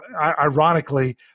ironically